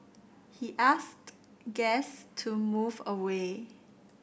he asked guests to move away